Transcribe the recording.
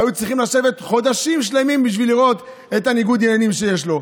היו צריכים לשבת חודשים שלמים בשביל לראות את ניגודי העניינים שיש לו.